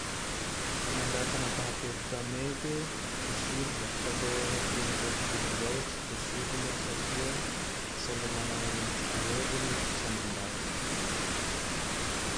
Le mandray fanaha-kevitra mety possible. Fa le heken'izao tontolo izao tsy possible satria samby mana ty heviny ty samy ndaty.